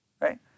Right